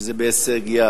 שזה בהישג יד.